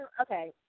okay